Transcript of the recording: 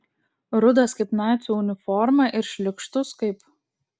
rudas kaip nacių uniforma ir šlykštus kaip